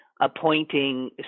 appointing